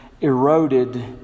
eroded